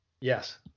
Yes